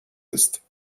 ist